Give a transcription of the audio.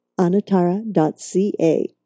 Anatara.ca